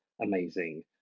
amazing